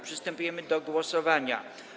Przystępujemy do głosowania.